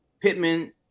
Pittman